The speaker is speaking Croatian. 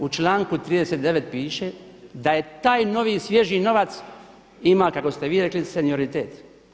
U članku 39. piše da je taj novi, svježi novac ima kako ste vi rekli senioritet.